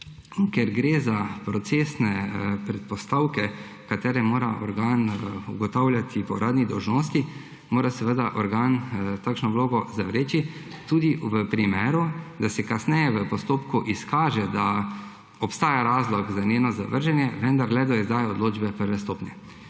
Ker gre za procesne predpostavke, ki jih mora organ ugotavljati po uradni dolžnosti, mora seveda organ takšno vlogo zavreči, tudi če se kasneje v postopku izkaže, da obstaja razlog za njeno zavrženje, vendar le do izdaje odločbe prve stopnje.